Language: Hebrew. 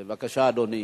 בבקשה, אדוני.